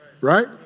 right